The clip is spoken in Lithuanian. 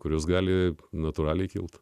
kurios gali natūraliai kilti